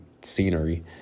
scenery